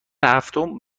هفتم